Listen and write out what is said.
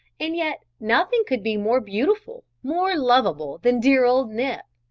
and yet nothing could be more beautiful, more loveable than dear old nip,